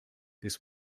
this